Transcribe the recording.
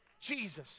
Jesus